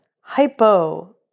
hypo